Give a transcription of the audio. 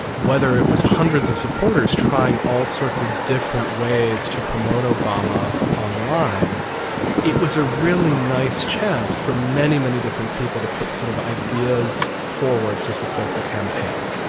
whether it was hundreds of supporters trying all sorts of different ways to promote obama online it was a really nice chance for many, many different people to put sort of ideas forward to support the campaign.